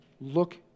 Look